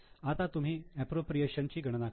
आता तुम्ही अप्रोप्रिएशन ची गणना करा